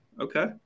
Okay